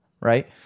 right